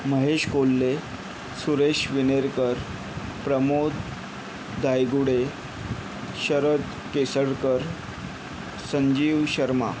Mahesh Kolhe Suresh Vinerkar Pramod Dhaygude Sharad Kesarkar Sanjeev Sharma